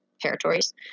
territories